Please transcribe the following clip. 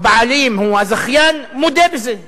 הבעלים או הזכיין מודה בזה.